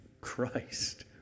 Christ